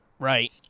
Right